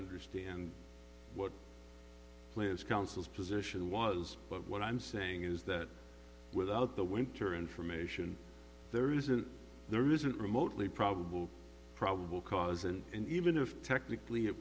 understand what plans councils position was but what i'm saying is that without the winter information there isn't there isn't remotely probable probable cause and even if technically it